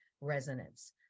resonance